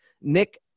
Nick